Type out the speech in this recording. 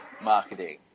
marketing